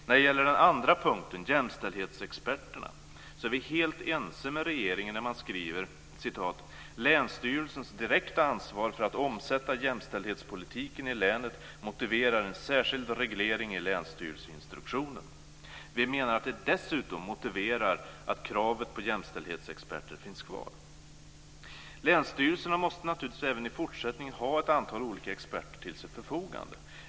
När det gäller den andra punkten, jämställdhetsexperterna, är vi helt ense med regeringen när den skriver: "Länsstyrelsens direkta ansvar för att omsätta jämställdhetspolitiken i länet - motiverar en särskild reglering i länsstyrelseinstruktionen." Vi menar att det dessutom motiverar att kravet på jämställdhetsexperter finns kvar. Länsstyrelserna måste naturligtvis även i fortsättningen ha ett antal olika experter till sitt förfogande.